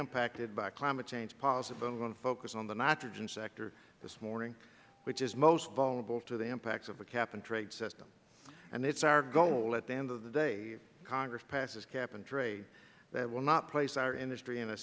impacted by climate change policy but i am going to focus on the nitrogen sector this morning which is most vulnerable to the impacts of the cap and trade system and it is our goal at the end of the day if congress passes cap and trade that it will not place our industry in a